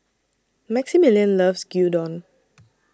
Maximillian loves Gyudon